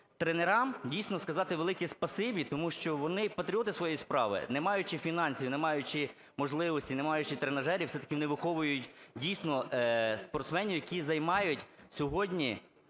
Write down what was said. тренерам, дійсно, сказати велике спасибі, тому що вони – патріоти своєї справи, не маючи фінансів, не маючи можливості, не маючи тренажерів, все-таки вони виховують, дійсно, спортсменів, які займають сьогодні